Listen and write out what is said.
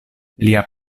lia